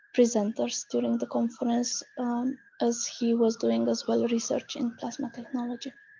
presenters during the conference as he was doing as well research in plasma technology.